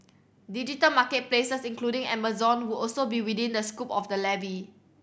digital market places including Amazon would also be within the scope of the levy